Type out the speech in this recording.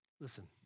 Listen